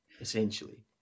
essentially